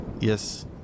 Yes